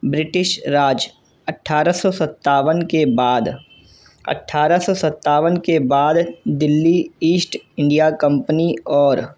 British Raj اٹھارہ سو ستاون کے بعد اٹھارہ سو ستاون کے بعد دلی ایسٹ انڈیا کمپنی اور